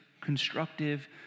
constructive